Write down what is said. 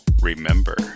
Remember